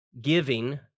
giving